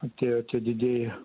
atėjo tie didieji